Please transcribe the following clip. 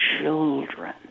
children